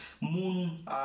moon